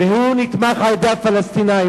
והוא נתמך על-ידי הפלסטינים.